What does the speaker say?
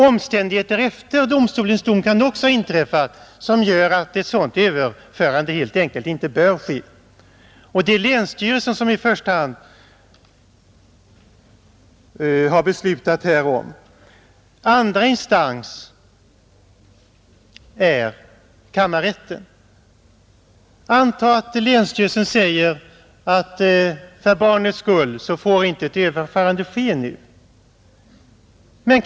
Omständigheter kan också ha inträffat efter domstolens beslut som gör att ett sådant överförande helt enkelt inte bör ske. I första hand är det länsstyrelsen som har att besluta härom. Andra instans är kammarrätten. Anta att länsstyrelsen säger att för barnets skull får ett överförande inte ske nu.